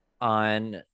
on